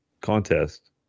contest